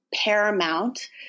paramount